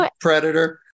Predator